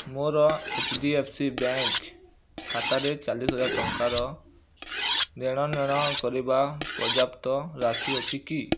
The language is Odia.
ମୋର H D F C bank ଖାତାରେ ଚାଳିଶି ହଜାର ଟଙ୍କାର ଦେଣନେଣ କରିବା ପର୍ଯ୍ୟାପ୍ତ ରାଶି ଅଛି କି